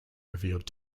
revealed